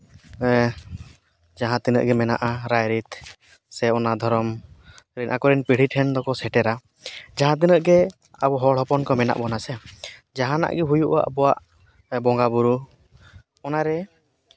ᱡᱟᱦᱟᱸ ᱛᱤᱱᱟᱹᱜ ᱜᱮ ᱢᱮᱱᱟᱜᱼᱟ ᱨᱟᱭᱨᱤᱛ ᱥᱮ ᱚᱱᱟ ᱫᱷᱚᱨᱚᱢ ᱟᱠᱚᱨᱮᱱ ᱯᱤᱲᱦᱤ ᱴᱷᱮᱱ ᱫᱚᱠᱚ ᱥᱮᱴᱮᱨᱟ ᱡᱟᱦᱟᱸ ᱛᱤᱱᱟᱹᱜ ᱜᱮ ᱟᱵᱚ ᱦᱚᱲ ᱦᱚᱯᱚᱱ ᱠᱚ ᱢᱮᱱᱟᱜ ᱵᱚᱱᱟ ᱥᱮ ᱡᱟᱦᱟᱱᱟᱜ ᱜᱮ ᱦᱩᱭᱩᱜᱼᱟ ᱟᱵᱚᱣᱟᱜ ᱵᱚᱸᱜᱟ ᱵᱩᱨᱩ ᱚᱱᱟᱨᱮ